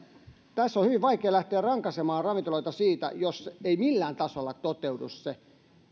tässä on hyvin vaikea lähteä rankaisemaan ravintoloita siitä jos ei millään tasolla toteudu se